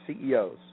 ceos